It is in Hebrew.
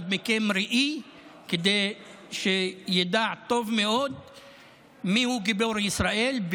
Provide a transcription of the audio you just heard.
מכם ראי כדי שידע טוב מאוד מיהו גיבור ישראל,